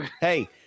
Hey